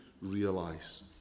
realise